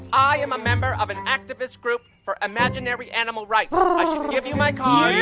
i am a member of an activist group for imaginary animal rights um i should give you my card.